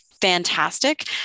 fantastic